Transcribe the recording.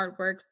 artworks